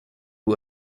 who